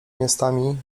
miastami